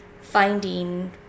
finding